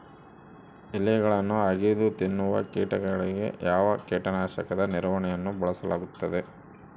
ಎಲೆಗಳನ್ನು ಅಗಿದು ತಿನ್ನುವ ಕೇಟಗಳಿಗೆ ಯಾವ ಕೇಟನಾಶಕದ ನಿರ್ವಹಣೆಯನ್ನು ಬಳಸಲಾಗುತ್ತದೆ?